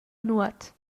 nuot